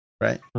right